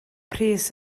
pris